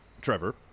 Trevor